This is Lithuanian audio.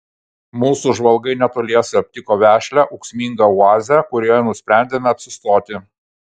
mūsų žvalgai netoliese aptiko vešlią ūksmingą oazę kurioje nusprendėme apsistoti